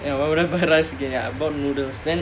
ya I wouldn't buy rice again ya I bought noodles then